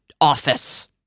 office